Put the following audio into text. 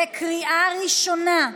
בקריאה ראשונה.